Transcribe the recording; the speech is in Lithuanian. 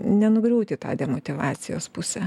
nenugriūt į tą demotyvacijos pusę